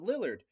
Lillard